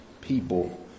people